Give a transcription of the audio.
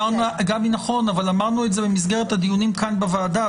נכון אבל אמרנו את זה במסגרת הדיונים כאן בוועדה.